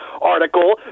article